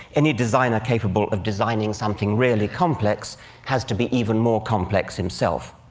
any designer capable of designing something really complex has to be even more complex himself,